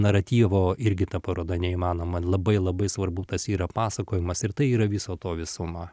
naratyvo irgi ta paroda neįmanoma labai labai svarbu tas yra pasakojimas ir tai yra viso to visuma